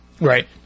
right